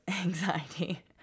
anxiety